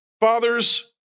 Father's